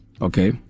Okay